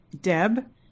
Deb